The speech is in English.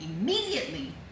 immediately